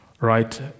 right